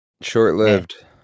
short-lived